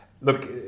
Look